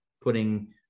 putting